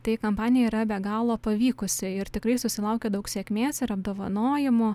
tai kampanija yra be galo pavykusi ir tikrai susilaukė daug sėkmės ir apdovanojimų